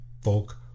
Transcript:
folk